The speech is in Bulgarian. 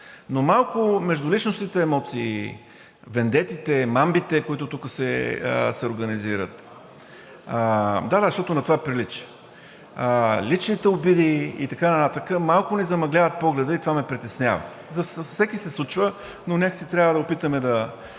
но малко междуличностните емоции, вендетите, мамбите, които тук се организират,… (Реплики от ГЕРБ-СДС.) Да, да, защото на това прилича. …личните обиди и така нататък малко ни замъгляват погледа и това ме притеснява. С всеки се случва, но някак си трябва да опитаме да